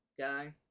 guy